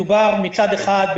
מצד אחד,